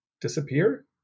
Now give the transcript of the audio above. disappear